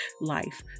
life